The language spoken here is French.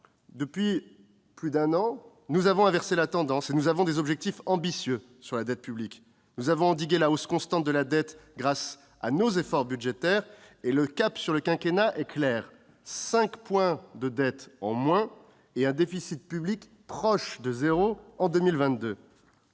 Depuis plus d'un an, nous avons inversé la tendance et affirmons des objectifs ambitieux. Nous avons endigué la hausse constante de la dette publique grâce à nos efforts budgétaires. Notre cap pour le quinquennat est clair : cinq points de dette en moins et un déficit public proche de zéro en 2022.